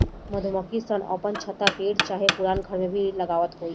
मधुमक्खी सन अपन छत्ता पेड़ चाहे पुरान घर में लगावत होई